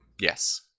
Yes